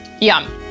yum